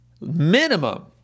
minimum